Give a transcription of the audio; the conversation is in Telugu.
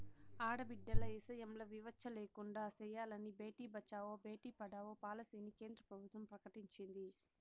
ఆడబిడ్డల ఇసయంల వివచ్చ లేకుండా సెయ్యాలని బేటి బచావో, బేటీ పడావో పాలసీని కేంద్ర ప్రభుత్వం ప్రకటించింది